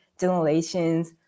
generations